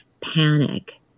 panic